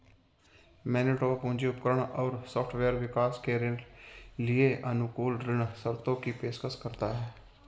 Manitoba पूंजी उपकरण और सॉफ्टवेयर विकास के लिए अनुकूल ऋण शर्तों की पेशकश करता है